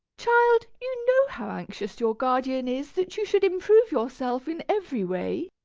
child, you know how anxious your guardian is that you should improve yourself in every way.